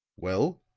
well?